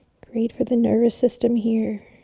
breathe for the nervous system, here.